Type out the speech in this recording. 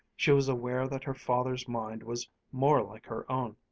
she was aware that her father's mind was more like her own.